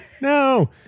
no